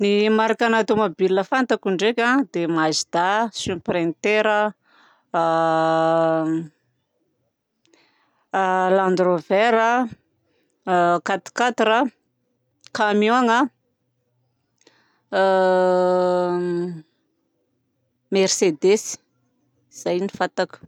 Ny marika na tomobilina fantako ndraika a dia mazda, sprinter, land rover a, quat-quatre a, camion na mercedes. Zay no fantako.